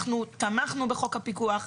אנחנו תמכנו בחוק הפיקוח,